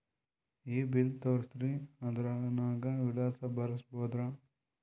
ಈ ಬಿಲ್ ತೋಸ್ರಿ ಆಧಾರ ನಾಗ ವಿಳಾಸ ಬರಸಬೋದರ?